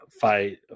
fight